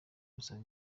gusaba